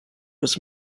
was